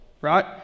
right